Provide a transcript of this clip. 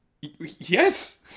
Yes